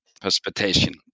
precipitation